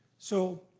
so